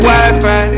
Wi-Fi